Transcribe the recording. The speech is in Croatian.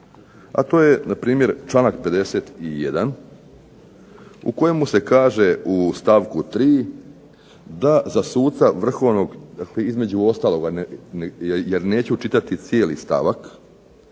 A to je npr. članak 51. u kojemu se kaže u stavku 3. da za suca Vrhovnog, između ostalog, jer neću čitati cijeli stavak,